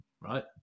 right